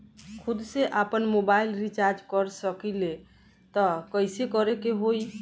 खुद से आपनमोबाइल रीचार्ज कर सकिले त कइसे करे के होई?